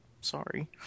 Sorry